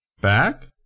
back